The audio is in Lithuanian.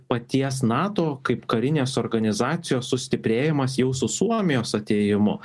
paties nato kaip karinės organizacijos sustiprėjimas jau su suomijos atėjimu